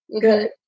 good